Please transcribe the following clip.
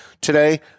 today